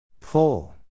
Pull